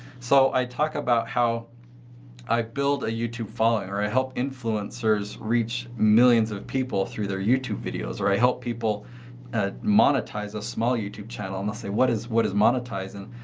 so, i talked about how i build a youtube following or i help influencers reach millions of people through their youtube videos. or i help people ah monetize a small youtube channel. and let's say, what is what is monetizing?